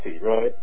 right